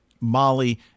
Molly